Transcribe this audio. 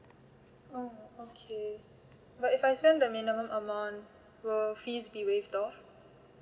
oh okay but if I spend the minimum amount will fees be waived off